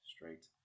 straight